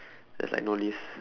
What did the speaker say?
there's like no leaves